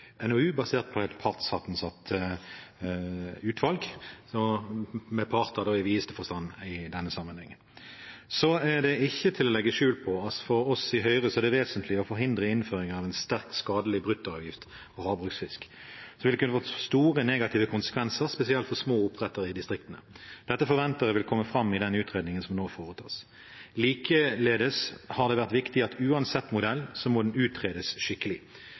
NOU basert på et partssammensatt utvalg – med «parter» i videste forstand i denne sammenheng. Så er det ikke til å legge skjul på at for oss i Høyre er det vesentlig å forhindre innføring av en sterkt skadelig bruttoavgift for havbruksfisk. Det vil kunne få store negative konsekvenser, spesielt for små oppdrettere i distriktene. Dette forventer jeg vil komme fram i den utredningen som nå foretas. Likeledes har det vært viktig at uansett modell må den utredes skikkelig.